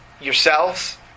yourselves